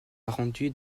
arrondie